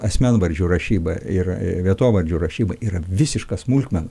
asmenvardžių rašyba ir vietovardžių rašyba yra visiška smulkmena